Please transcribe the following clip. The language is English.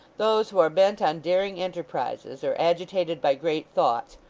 those who are bent on daring enterprises, or agitated by great thoughts,